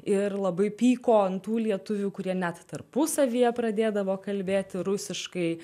ir labai pyko ant tų lietuvių kurie net tarpusavyje pradėdavo kalbėti rusiškai